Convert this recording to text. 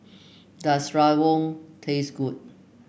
does rawon taste good